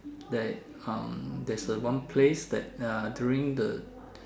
that um there's a one place that uh during the